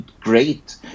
great